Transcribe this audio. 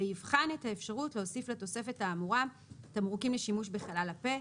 ויבחן את האפשרות להוסיף לתוספת האמורה תמרוקים לשימוש בחלל הפה,